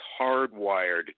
hardwired